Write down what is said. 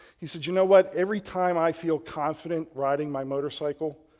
he said, you know what every time i feel confident riding my motorcycle,